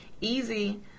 easy